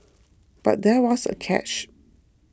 but there was a catch